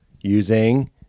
using